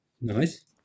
Nice